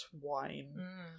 wine